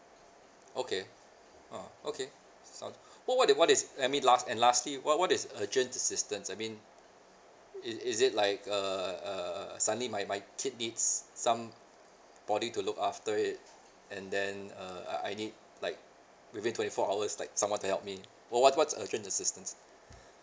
okay uh okay sounds what what is what is I mean last and lastly what what is urgent assistance I mean is is it like a a suddenly my my kid needs somebody to look after it and then uh I I need like within twenty four hours like someone to help me what what's urgent assistance